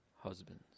husbands